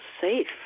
safe